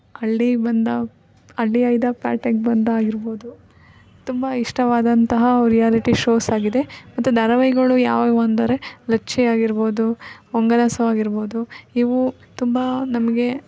ಹಳ್ಳಿ ಬಂದ ಹಳ್ಳಿ ಹೈದ ಪ್ಯಾಟೆಗೆ ಬಂದ ಆಗಿರ್ಬೋದು ತುಂಬ ಇಷ್ಟವಾದಂತಹ ರಿಯಾಲಿಟಿ ಶೋಸ್ ಆಗಿದೆ ಮತ್ತು ಧಾರಾವಾಹಿಗಳು ಯಾವ್ಯಾವು ಅಂದರೆ ಲಚ್ಚಿ ಆಗಿರ್ಬೋದು ಹೊಂಗನಸು ಆಗಿರ್ಬೋದು ಇವು ತುಂಬ ನಮಗೆ